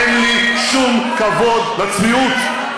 אין לי שום כבוד לצביעות.